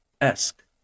esque